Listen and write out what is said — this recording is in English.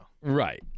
Right